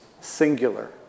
singular